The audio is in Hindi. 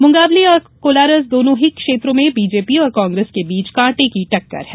मुंगावली और कोलारस दोनों ही क्षेत्रों में बीजेपी और कांग्रेस के बीच कांटे की टक्कर है